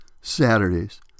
Saturdays